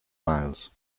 miles